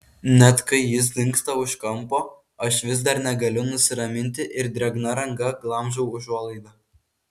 net kai jis dingsta už kampo aš vis dar negaliu nusiraminti ir drėgna ranka glamžau užuolaidą